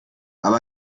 aber